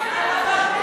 נו באמת, די.